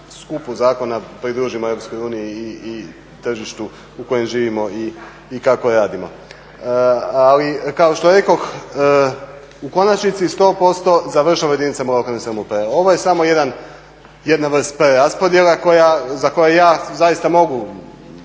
skupu zakona pridružimo EU i tržištu u kojem živimo i kako radimo. Ali kao što rekoh, u konačnici 100% završava u jedinicama lokalne samouprave. Ovo je samo jedna preraspodjela za koju ja zaista mogu